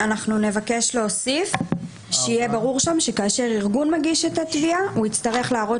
נבקש להוסיף שיהיה ברור שכאשר ארגון מגיש את התביעה הוא יצטרף להראות